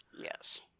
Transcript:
Yes